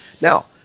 Now